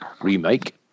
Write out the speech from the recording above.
remake